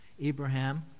Abraham